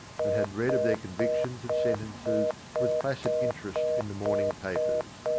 and had read of their con victions and sentences with placid interest in the morning papers.